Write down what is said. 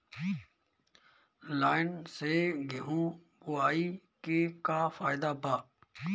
Line से गेहूं बोआई के का फायदा बा?